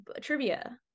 trivia